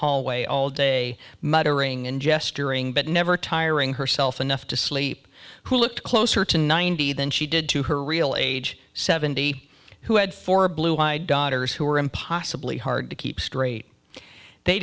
hallway all day muttering and gesturing but never tiring herself enough to sleep who looked closer to ninety than she did to her real age seventy who had four blue eyed daughters who were impossibly hard to keep straight they